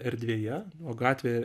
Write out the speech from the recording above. erdvėje o gatvė